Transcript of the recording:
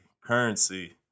currency